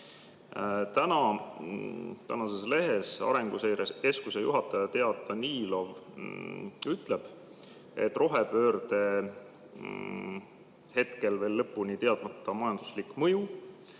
Tänases lehes ütleb Arenguseire Keskuse juhataja Tea Danilov, et rohepöörde hetkel veel lõpuni teadmata majanduslik mõju